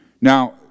Now